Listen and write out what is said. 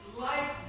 life